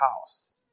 house